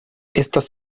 estas